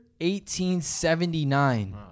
1879